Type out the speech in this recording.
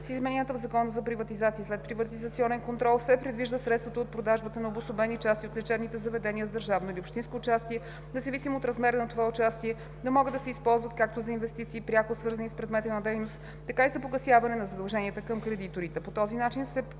С измененията в Закона за приватизация и следприватизационен контрол се предвижда средствата от продажба на обособени части от лечебни заведения с държавно или общинско участие, независимо от размера на това участие, да могат да се използват както за инвестиции, пряко свързани с предмета на дейност, така и за погасяване на задължения към кредиторите.